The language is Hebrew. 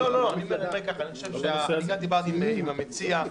אני דיברתי עם המציע.